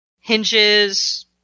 hinges